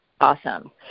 Awesome